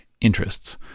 interests